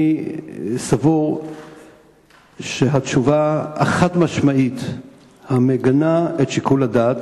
אני סבור שהתשובה החד-משמעית המגנה את שיקול הדעת